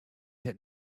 had